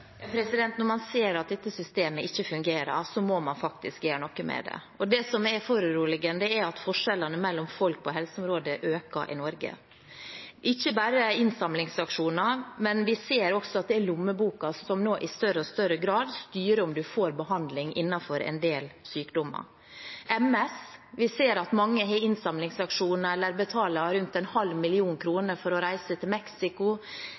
Når man ser at dette systemet ikke fungerer, må man faktisk gjøre noe med det. Det som er foruroligende, er at forskjellene mellom folk på helseområdet øker i Norge – ikke bare innsamlingsaksjoner, men vi ser også at det er lommeboken som nå i større og større grad styrer om man får behandling innenfor en del sykdommer. Når det gjelder MS, ser vi at mange har innsamlingsaksjoner eller betaler rundt en halv million kroner for å reise til